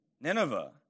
Nineveh